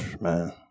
Man